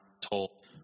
told